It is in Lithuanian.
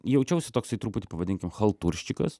jaučiausi toksai truputį pavadinkim chaltūrščikas